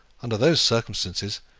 under those circumstances,